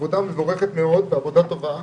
עבודה מבורכת מאוד, עבודה טובה,